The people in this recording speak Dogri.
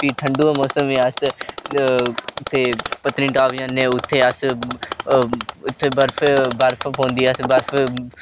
फ्ही ठंडो दा मौसम अस ते पतनीटाप जन्ने उत्थै अस बर्फ पौंदी अस बर्फ